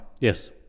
Yes